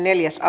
asia